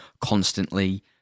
constantly